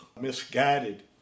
misguided